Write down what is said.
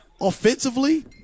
offensively